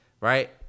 right